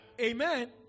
Amen